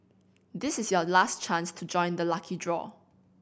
this is your last chance to join the lucky draw